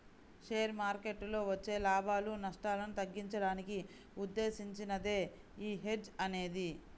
share మార్కెట్టులో వచ్చే లాభాలు, నష్టాలను తగ్గించడానికి ఉద్దేశించినదే యీ హెడ్జ్ అనేది